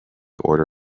order